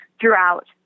throughout